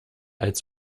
als